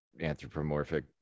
anthropomorphic